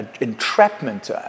entrapment